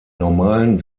normalen